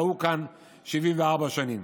כדי לפגוע בסטטוס קוו שהיה נהוג כאן 74 שנים: